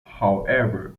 however